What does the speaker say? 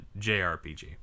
JRPG